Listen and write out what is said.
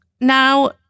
Now